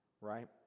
right